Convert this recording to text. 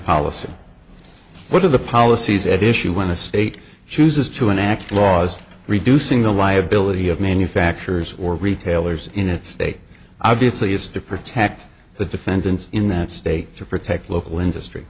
policy what are the policies at issue when a state chooses to enact laws reducing the liability of manufacturers or retailers in its state obviously is to protect the defendants in that state to protect local industry